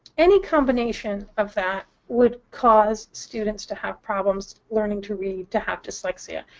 any combination of that would cause students to have problems learning to read to have dyslexia.